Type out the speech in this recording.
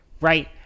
right